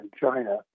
China